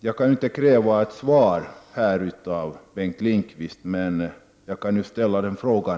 Jag kan inte kräva ett svar här av Bengt Lindqvist, men jag kan ändå ställa frågan.